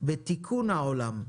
בתיקון העולם,